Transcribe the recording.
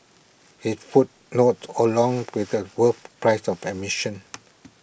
his footnotes alone with A worth price of admission